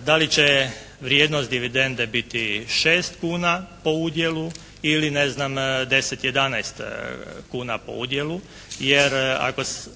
Da li će vrijednost dividende biti 6 kuna po udjelu ili ne znam 10, 11 kuna po udjelu, jer ako